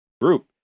group